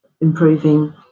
improving